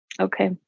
Okay